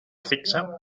fixa